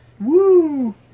Woo